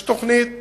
יש תוכנית